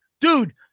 Dude